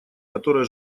которая